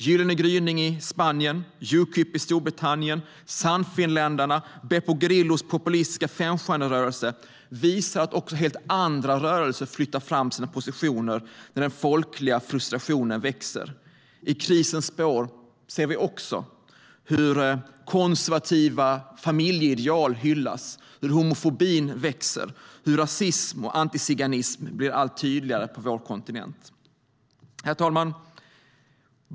Gyllene gryning i Grekland, Ukip i Storbritannien, Sannfinländarna och Beppe Grillos populistiska Femstjärnerörelsen visar att också helt andra krafter flyttar fram sina positioner när den folkliga frustrationen växer. I krisens spår ser vi också hur konservativa familjeideal hyllas, hur homofobin växer och hur rasism och antiziganism blir allt tydligare på vår kontinent. Herr talman!